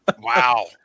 Wow